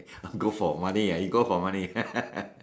go for money ah you go for money